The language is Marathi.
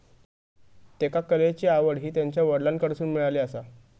त्येका कलेची आवड हि त्यांच्या वडलांकडसून मिळाली आसा